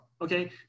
okay